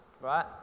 right